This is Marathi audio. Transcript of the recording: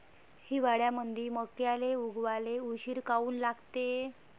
हिवाळ्यामंदी मक्याले उगवाले उशीर काऊन लागते?